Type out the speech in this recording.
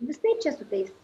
visaip čia su tais